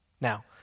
Now